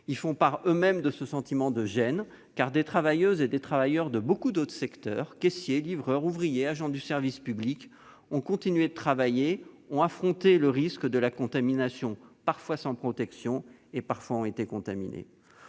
Ils font part, eux-mêmes, de ce sentiment de gêne, car des travailleurs et travailleuses de beaucoup d'autres secteurs- caissiers, livreurs, ouvriers, agents du service public -ont continué de travailler et ont affronté le risque de la contamination, parfois sans protection ; certains ont même été contaminés.